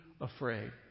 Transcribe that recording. afraid